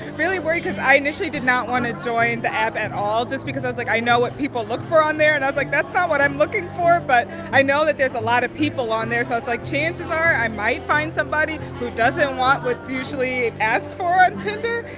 really worried because i initially did not want to join the app at all just because i was like, i know what people look for on there. and i was like, that's not what i'm looking for. but i know that there's a lot of people on there. so i was like, chances are, i might find somebody who doesn't want what's usually asked for on tinder.